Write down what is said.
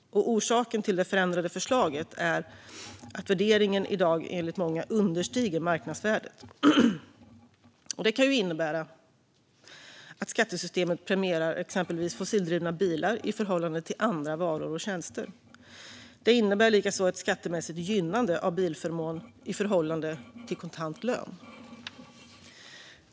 Orsaken till de föreslagna förändringarna är att värderingen i dag enligt många understiger marknadsvärdet. Det kan innebära att skattesystemet premierar exempelvis fossildrivna bilar i förhållande till andra varor och tjänster. Det innebär likaså ett skattemässigt gynnande av bilförmån i förhållande till kontant lön.